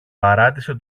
παράτησε